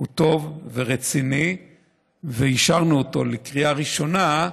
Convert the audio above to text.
הוא טוב ורציני ואישרנו אותו לקריאה ראשונה,